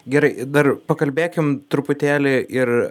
gerai dar pakalbėkime truputėlį ir